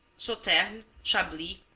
sauterne, chablis,